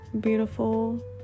beautiful